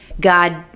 God